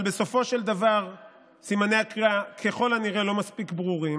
אבל בסופו של דבר סימני הקריאה ככל הנראה לא מספיק ברורים,